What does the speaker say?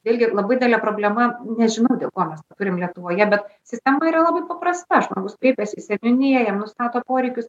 vėlgi labai didelė problema nežinau dėl ko mes turim lietuvoje bet sistema yra labai paprasta žmogus kreipiasi į seniūniją jam nustato poreikius